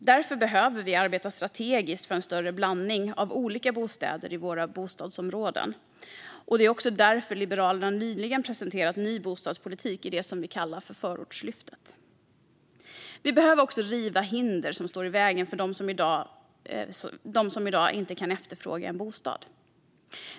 Därför behöver vi arbeta strategiskt för en större blandning av olika bostäder i våra bostadsområden. Det är också därför Liberalerna nyligen presenterade en ny bostadspolitik i det som vi kallar Förortslyftet. Vi behöver också riva hinder som står i vägen för dem som i dag inte kan efterfråga en bostad.